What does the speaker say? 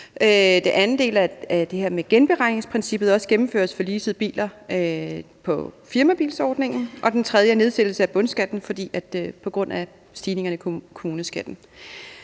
det her med, at genberegningsprincippet også gennemføres for leasede biler på firmabilordningen. Og den tredje er nedsættelse af bundskatten på grund af stigninger i kommuneskatten.